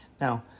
Now